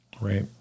Right